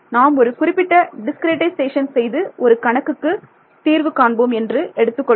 நாம் ஒரு குறிப்பிட்ட டிஸ்கிரிட்டைசேஷன் செய்து ஒரு கணக்குக்கு தீர்வு காண்போம் என்று எடுத்துக்கொள்வோம்